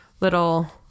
little